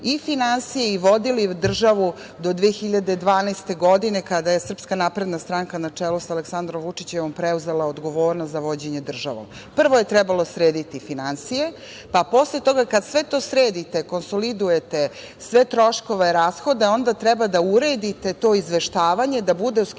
i vodili državu do 2012. godine, kada je SNS na čelu sa Aleksandrom Vučićem preuzela odgovornost za vođenje državom. Prvo je trebalo srediti finansije, pa posle toga, kad sve to sredite, konsolidujete, sve troškove, rashode, onda treba da uredite to izveštavanje da bude u skladu